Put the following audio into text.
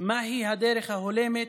מהי הדרך ההולמת